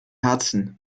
herzen